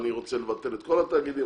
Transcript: אני רוצה לבטל את כל התאגידים.